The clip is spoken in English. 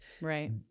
Right